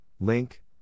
link